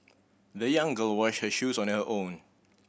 the young girl washed her shoes on her own